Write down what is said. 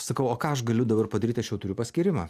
sakau o ką aš galiu dabar padaryt aš jau turiu paskyrimą